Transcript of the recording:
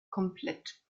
komplett